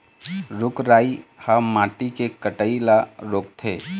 रूख राई ह माटी के कटई ल रोकथे